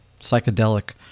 Psychedelic